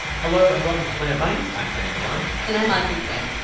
hello, and welcome to planet money. i'm kenny malone and i'm audrey quinn.